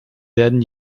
werden